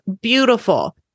beautiful